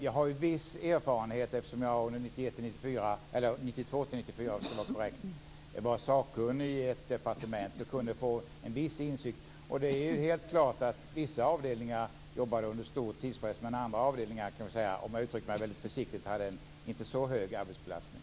Jag har ju viss erfarenhet, eftersom jag åren 1992-1994 var sakkunnig i ett departement och då kunde få viss insikt. Det är helt klart att vissa avdelningar arbetade under stor tidspress, medan andra avdelningar, för att uttrycka mig väldigt försiktigt, inte hade en så hög arbetsbelastning.